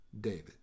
David